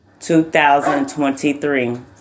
2023